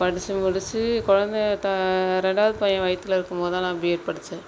படித்து முடித்து கொழந்தை த ரெண்டாவது பையன் வயிற்றுல இருக்கும் போது தான் நான் பிஎட் படித்தேன்